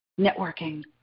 Networking